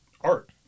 art